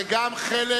זה גם חלק